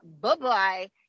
Bye-bye